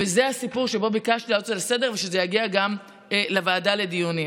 וזה הסיפור שביקשתי להעלות על סדר-היום ושזה יגיע גם לוועדה לדיונים.